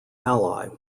ally